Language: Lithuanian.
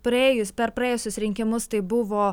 praėjus per praėjusius rinkimus tai buvo